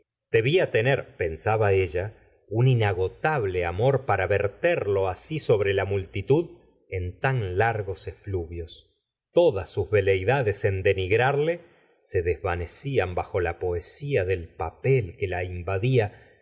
debía tener pensaba ella un inagotable amor para verterlo así sobre la multitud en tan largos efluvios todas sus veleidades en denigrarle se desvanecían bajo la poesía del papel que la invadía